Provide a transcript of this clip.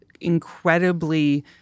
incredibly